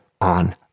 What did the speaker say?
on